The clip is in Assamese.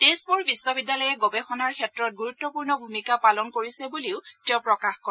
তেজপুৰ বিশ্ববিদ্যালয়ে গৱেষণাৰ ক্ষেত্ৰত গুৰুত্বপূৰ্ণ ভূমিকা পালন কৰিছে বুলিও তেওঁ প্ৰকাশ কৰে